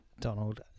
Donald